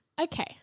Okay